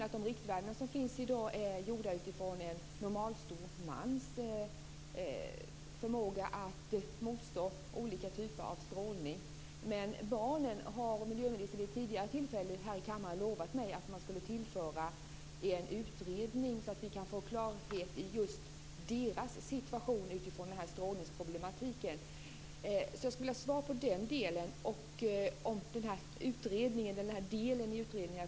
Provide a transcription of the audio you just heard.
Dagens riktvärden är satta utifrån en normalstor mans förmåga att motstå olika typer av strålning, men miljöministern har vid ett tidigare tillfälle här i kammaren lovat mig att ett uppdrag ska tillföras en utredning så att vi kan få klarhet i barnens situation från strålningssynpunkt. Jag skulle vilja få ett svar på frågan om det här utredningsuppdraget har kommit till stånd.